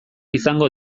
izango